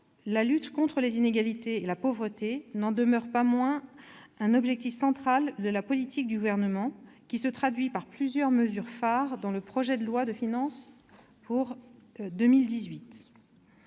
la lutte contre les inégalités et la pauvreté n'en demeure pas moins un objectif central de la politique du Gouvernement, qui se traduit par l'adoption de plusieurs mesures phares dans la loi de finances pour 2018